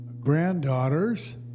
granddaughters